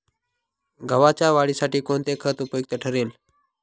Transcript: गव्हाच्या वाढीसाठी कोणते खत उपयुक्त ठरेल?